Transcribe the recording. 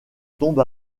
tombe